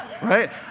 right